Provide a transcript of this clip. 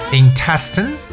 intestine